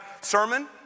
sermon